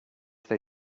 they